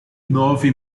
nove